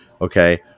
Okay